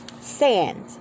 sand